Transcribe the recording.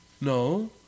No